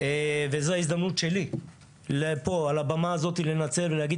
וזו הזדמנות שלי לנצל את הבמה הזאת ולהגיד